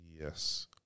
Yes